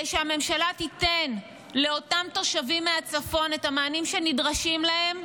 שהממשלה תיתן לאותם תושבים מהצפון את המענים שנדרשים להם,